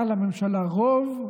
היה לממשלה רוב,